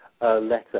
letter